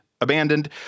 abandoned